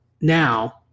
Now